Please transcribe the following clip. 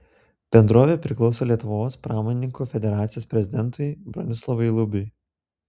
bendrovė priklauso lietuvos pramonininkų federacijos prezidentui bronislovui lubiui